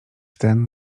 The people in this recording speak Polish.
ten